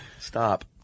Stop